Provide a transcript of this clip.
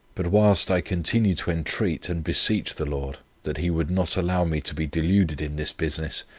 but whilst i continue to entreat and beseech the lord, that he would not allow me to be deluded in this business,